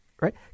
right